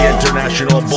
International